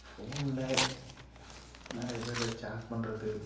ஃபோனில் நிறைய பேர் சாட் பண்ணுறது